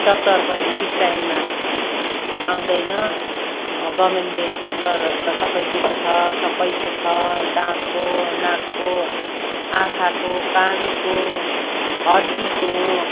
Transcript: doctor पनि ठिक टाइममा आउँदैन गभर्मेन्टले डक्टरहरू त सबै दिएको छ सबैको छ दाँतको नाकको आँखाको कानको हड्डीको